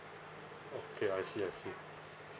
okay I see I see